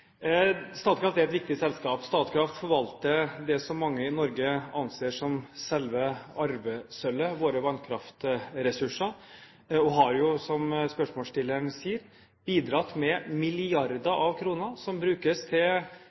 Statkraft er et viktig selskap. Statkraft forvalter det som mange i Norge anser som selve arvesølvet, våre vannkraftressurser, og har, som spørsmålsstilleren sier, bidratt med milliarder av kroner som brukes til